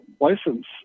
license